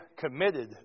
committed